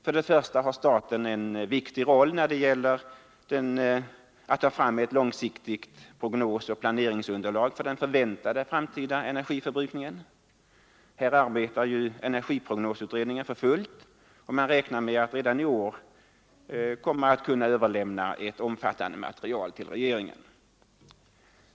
För det första har staten en viktig roll när det gäller att ta fram ett långsiktigt prognosoch planeringsunderlag för den framtida energiförbrukningen. Här arbetar energiprognosutredningen för fullt, och man räknar med att redan i år kunna överlämna ett omfattande material till regeringen.